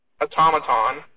automaton